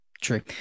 true